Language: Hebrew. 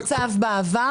זה לא תוקצב בעבר?